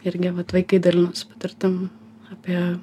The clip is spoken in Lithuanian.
irgi vat vaikai dalinosi patirtim apie